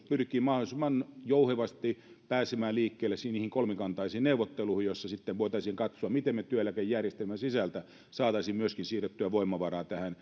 pyrkii mahdollisimman jouhevasti pääsemään liikkeelle niihin kolmikantaisiin neuvotteluihin joissa sitten voitaisiin katsoa miten me työeläkejärjestelmän sisältä saisimme myöskin siirrettyä voimavaraa